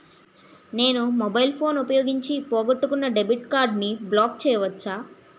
నేను mobile phone ఉపయోగించి పోగొట్టుకున్న డెబిట్ కార్డ్ని బ్లాక్ చేయవచ్చా?